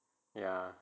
ya